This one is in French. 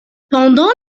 pendant